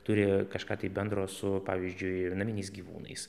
turi kažką bendro su pavyzdžiui naminiais gyvūnais